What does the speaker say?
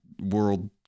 world